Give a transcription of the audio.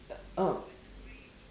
uh um